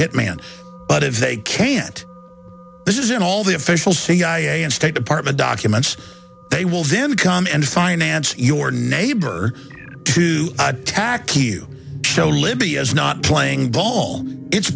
hitman but if they can't this is in all the official cia and state department documents they will then come and finance your neighbor to attack you know libya is not playing ball it's